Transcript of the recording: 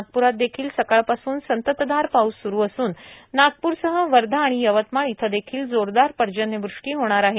नागपुरात देखिल सकाळपासून संततधार पाऊस सुरू असून नागपूरसह वर्धा आणि यवतमाळ इथं देखिल जोरदार पर्जन्यवृष्टी होणार आहे